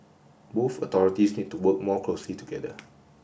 both authorities need to work more closely together